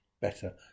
better